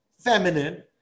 feminine